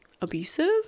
abusive